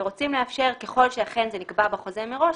ורוצים לאפשר, אם זה אכן נקבע בחוזה מראש,